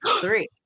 Three